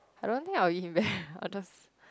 I don't think I will give him back i'll just